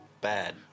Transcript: Bad